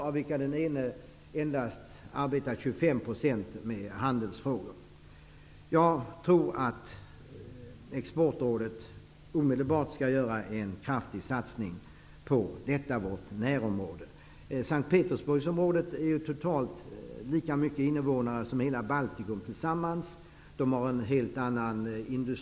Den ene av dem arbetar endast 25 % med handelsfrågor. Exportrådet bör omedelbart göra en kraftig satsning på detta vårt närområde. I S:t Petersburgsområdet finns det totalt lika många invånare som i hela Baltikum. Den industriella strukturen är en helt annan.